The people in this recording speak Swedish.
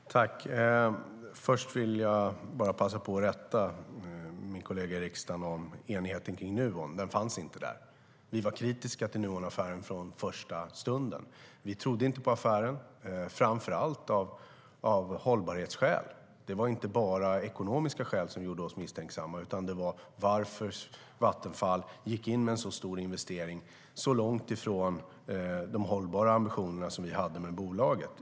Herr talman! Först vill jag bara passa på att rätta min kollega i riksdagen när det gäller enigheten kring Nuon. Den fanns inte där. Vi var kritiska till Nuonaffären från första stund. Vi trodde inte på affären, framför allt av hållbarhetsskäl. Det var inte bara ekonomiska skäl som gjorde oss misstänksamma, utan det var varför Vattenfall gick in med en så stor investering så långt ifrån de hållbara ambitioner som vi hade med bolaget.